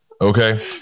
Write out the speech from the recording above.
Okay